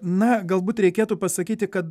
na galbūt reikėtų pasakyti kad